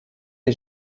est